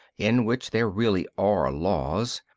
in which there really are laws,